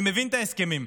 אני מבין את ההסכמים,